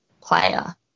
player